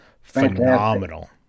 phenomenal